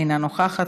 אינה נוכחת,